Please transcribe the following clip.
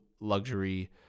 luxury